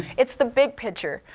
it's the big picture.